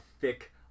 thick